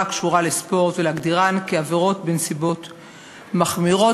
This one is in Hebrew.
הקשורה לספורט ולהגדירן כעבירות בנסיבות מחמירות,